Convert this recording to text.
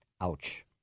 Ouch